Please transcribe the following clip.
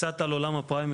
קצת על עולם הפריימריז,